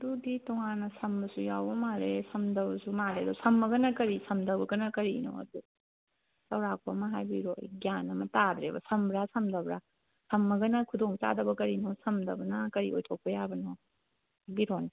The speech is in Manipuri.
ꯑꯗꯨꯗꯤ ꯇꯣꯉꯥꯟꯅ ꯁꯝꯕꯁꯨ ꯌꯥꯎꯕ ꯃꯥꯜꯂꯦ ꯁꯝꯗꯕꯁꯨ ꯃꯥꯜꯂꯦꯕ ꯁꯝꯃꯒꯅ ꯀꯔꯤ ꯁꯝꯗ꯭ꯔꯒꯅ ꯀꯔꯤꯅꯣ ꯑꯗꯨ ꯆꯧꯔꯥꯛꯄ ꯑꯃ ꯍꯥꯏꯕꯤꯔꯣ ꯑꯩ ꯒ꯭ꯌꯥꯟ ꯑꯃ ꯇꯥꯗ꯭ꯔꯦꯕ ꯁꯝꯕ꯭ꯔꯥ ꯁꯝꯗꯕ꯭ꯔꯥ ꯁꯝꯃꯒꯅ ꯈꯨꯗꯣꯡꯆꯥꯗꯕ ꯀꯔꯤꯅꯣ ꯁꯝꯗꯕꯅ ꯀꯔꯤ ꯑꯣꯏꯊꯣꯛꯄ ꯌꯥꯕꯅꯣ ꯍꯥꯏꯕꯤꯔꯣꯅꯦ